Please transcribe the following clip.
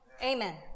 Amen